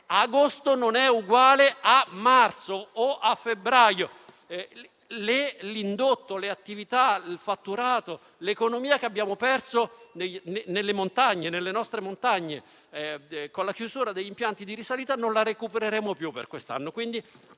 agosto non è uguale a marzo o a febbraio. L'indotto, le attività, il fatturato, l'economia che abbiamo perso nelle nostre montagne con la chiusura degli impianti sciistici non li recupereremo più per quest'anno.